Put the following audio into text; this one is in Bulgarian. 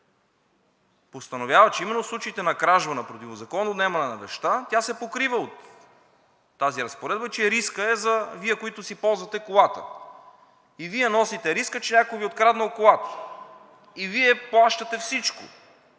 постановява, че именно в случаите на кражба, на противозаконно отнемане на вещта, тя се покрива от тази разпоредба, че рискът е за Вас, които си ползвате колата, и Вие носите риска, че някой Ви е откраднал колата. Вие плащате всичко,